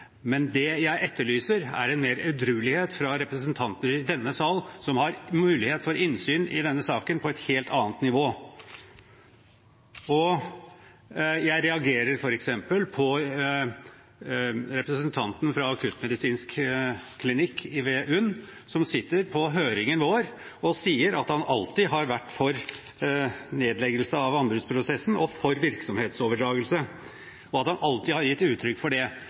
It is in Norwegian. Det jeg etterlyser, er mer edruelighet fra representantene i denne salen, som har mulighet for innsyn i denne saken på et helt annet nivå. Jeg reagerer f.eks. på at representanten fra akuttmedisinsk klinikk ved UNN satt på høringen vår og sa at han alltid har vært for nedleggelse av anbudsprosessen og for virksomhetsoverdragelse, og at han alltid har gitt uttrykk for det.